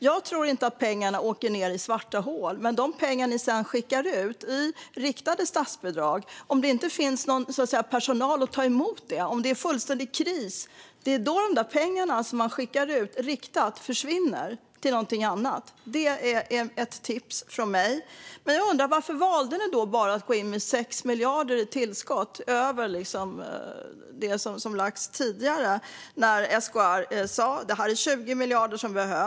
Jag tror inte att pengarna åker ned i svarta hål. Men om det är fullständig kris och det inte finns någon personal som kan ta emot de pengar som ni skickar ut i form av riktade statsbidrag kommer de att försvinna till något annat. Det är ett tips från mig. Jag undrar varför ni valde att gå in med bara 6 miljarder i tillskott, utöver det som lagts tidigare. SKR sa att det behövs 20 miljarder.